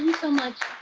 so much.